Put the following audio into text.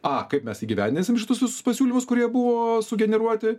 a kaip mes įgyvendinsim šitus visus pasiūlymus kurie buvo sugeneruoti